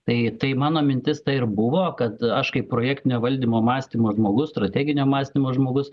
tai tai mano mintis ta ir buvo kad aš kaip projektinio valdymo mąstymo žmogus strateginio mąstymo žmogus